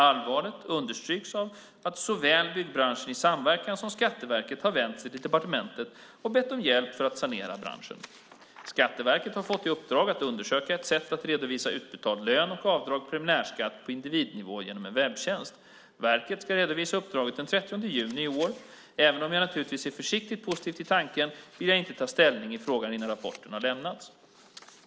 Allvaret understryks av att såväl Byggbranschen i samverkan som Skatteverket har vänt sig till departementet och bett om hjälp att sanera branschen. Skatteverket har fått i uppdrag att undersöka ett sätt att redovisa utbetald lön och avdragen preliminär skatt på individnivå genom en webbtjänst. Verket ska redovisa uppdraget den 30 juni i år. Även om jag naturligtvis är försiktigt positiv till tanken vill jag inte ta ställning i frågan innan rapporten har lämnats.